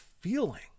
feeling